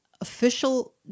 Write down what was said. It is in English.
official